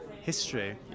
history